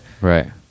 Right